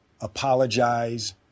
apologize